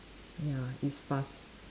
ya it's fast